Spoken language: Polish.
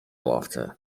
ławce